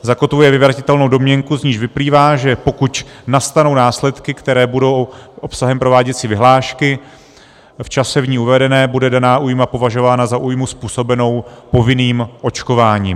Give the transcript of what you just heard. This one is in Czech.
Zakotvuje vyvratitelnou domněnku, z níž vyplývá, že pokud nastanou následky, které budou obsahem prováděcí vyhlášky, v čase v ní uvedené, bude daná újma považovaná za újmu způsobenou povinným očkováním.